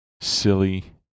silly